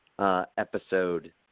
episode